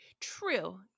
True